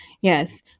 Yes